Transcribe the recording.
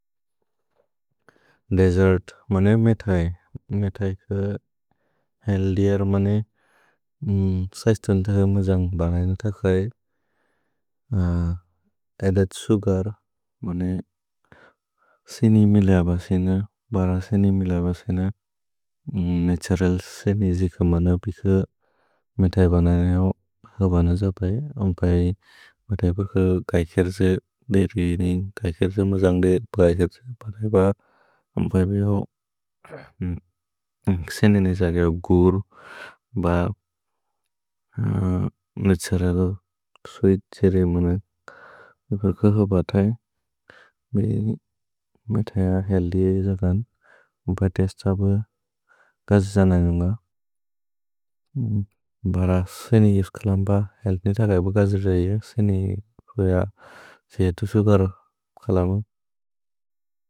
Desert मने मेतै। मेतै क हेल्दिआर् मने सैस्तोन्ध मजन्ग् बनै न तखै। अद्देद् सुगर् मने सिनि मिल बसिन, बर सिनि मिल बसिन। नतुरल् सिन् इसि क मन पिक मेतै बनै न हौ बनज प्रए। अम्पै बतै बक कै खेर्चे देदु इनि, कै खेर्चे मजन्ग् देदु कै खेर्चे। भतै ब अम्बै बिहौ सिनि निस केओ गुर् ब नतुरलो, स्वीत् छेरे मुने। भक होब बतै, मेतैयार् हेल्दिआर् जकान्। भतैस् तबु कजि जन जुन्ग। भर सिनि इसि कल अम्ब हेल्दिआर् जक एब कजि जैयार्। सिनि कुया तुसेकर् कल मुने।